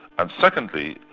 and secondly,